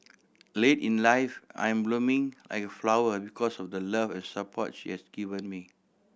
late in life I am blooming like a flower because of the love and support she has given me